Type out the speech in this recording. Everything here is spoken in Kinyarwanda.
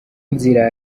nzira